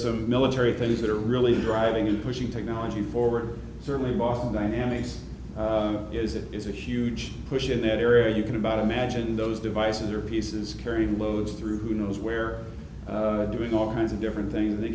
some military things that are really driving and pushing technology forward certainly boffo dynamics is it is a huge push in that area you can about imagine those devices are pieces carry loads through who knows where doing all kinds of different things that